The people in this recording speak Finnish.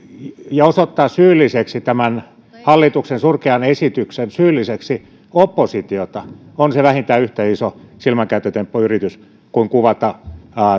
ja osoittaa tämän hallituksen surkean esityksen syylliseksi oppositiota on se vähintään yhtä iso silmänkääntötemppuyritys kuin kuvata